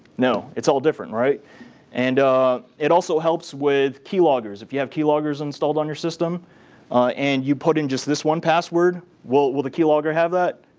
no. it's all different. and it also helps with keyloggers. if you have keyloggers installed on your system and you put in just this one password, will will the keylogger have that?